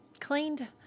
cleaned